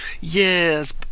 Yes